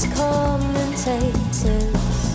commentators